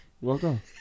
Welcome